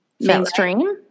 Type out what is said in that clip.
Mainstream